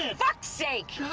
ah fuck's sake!